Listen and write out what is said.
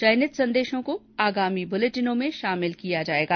चयनित संदेशों को आगामी बुलेटिनों में शामिल किया जाएगा